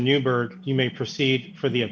newburgh you may proceed for the